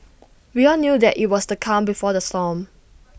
we all knew that IT was the calm before the storm